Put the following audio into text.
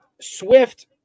Swift